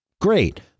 Great